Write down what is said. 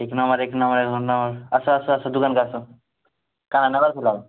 ଏକ୍ ନମ୍ୱର୍ ଏକ୍ ନମ୍ୱର୍ ଏକ୍ ନମ୍ୱର୍ ଆସ ଆସ ଆସ ଦୁକାନ୍କୁ ଆସ କାଁଣା ନବ କୁହ